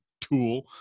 tool